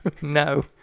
No